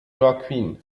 joaquin